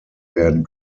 werden